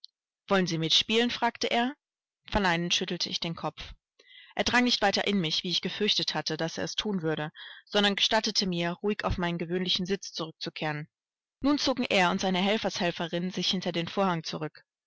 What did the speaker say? wollen sie mitspielen fragte er verneinend schüttelte ich den kopf er drang nicht weiter in mich wie ich gefürchtet hatte daß er es thun würde sondern gestattete mir ruhig auf meinen gewöhnlichen sitz zurückzukehren nun zogen er und seine helfershelferinnen sich hinter den vorhang zurück